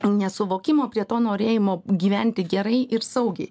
nesuvokimo prie to norėjimo gyventi gerai ir saugiai